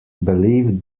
believe